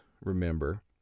remember